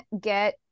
get